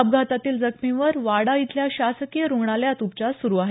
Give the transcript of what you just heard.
अपघातातील जखमींवर वाडा इथल्या शासकीय रुग्णालयात उपचार सुरू आहेत